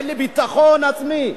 אין לי ביטחון עצמי,